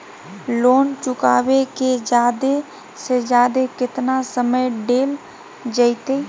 Loan चुकाबे के जादे से जादे केतना समय डेल जयते?